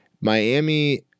Miami